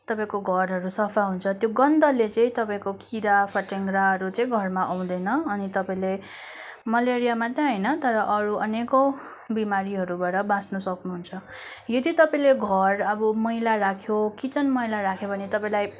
तपाईँको घरहरू सफा हुन्छ त्यो गन्धले चाहिँ तपाईँको किरा फट्याङ्राहरू चाहिँ घरमा आउँदैन अनि तपाईँले मलेरिया मात्रै होइन तर अरू अनेकौँ बिमारीहरू बाट बाँच्नु सक्नुहुन्छ यदि तपाईँले घर अब मैला राख्यो किचन मैला राख्यो भने तपाईँलाई